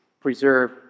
preserve